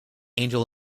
angel